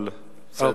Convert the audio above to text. אבל בסדר.